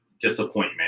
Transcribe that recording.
disappointment